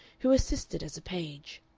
who assisted as a page.